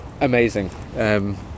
amazing